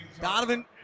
Donovan